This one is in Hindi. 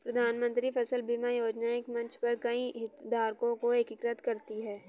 प्रधानमंत्री फसल बीमा योजना एक मंच पर कई हितधारकों को एकीकृत करती है